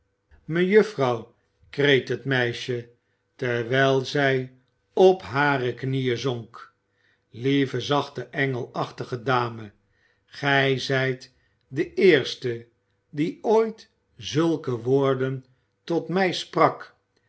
mejuffrouw kreet het meisje terwijl zij op hare knieën zonk lieve zachte engelachtige dame gij z ij t de eerste die ooit zulke woorden tot mij sprak